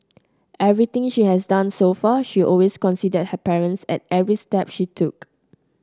everything she has done so far she always considered her parents at every step she took